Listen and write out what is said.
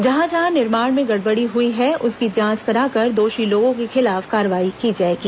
जहां जहां निर्माण में गड़बड़ी हुई है उसकी जांच कराकर दोषी लोगों के खिलाफ कार्रवाई की जाएगी